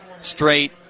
straight